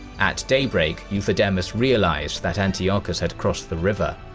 at daybreak, euthydemus realized that antiochus had crossed the river.